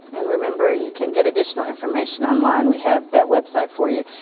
and remember you can get additional information online. we have that website for you.